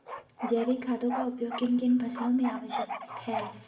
जैविक खादों का उपयोग किन किन फसलों में आवश्यक है?